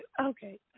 Okay